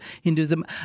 Hinduism